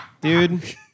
Dude